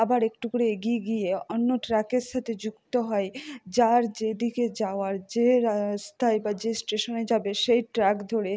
আবার একটু করে এগিয়ে গিয়ে অন্য ট্র্যাকের সাথে যুক্ত হয় যার যেদিকে যাওয়ার যে রাস্তায় বা যে স্টেশনে যাবে সেই ট্র্যাক ধরে